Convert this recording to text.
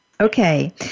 Okay